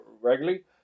regularly